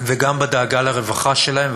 וגם בדאגה לרווחה שלהם,